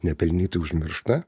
nepelnytai užmiršta